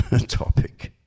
topic